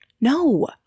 No